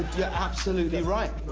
you're absolutely right.